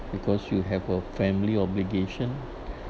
because you have a family obligation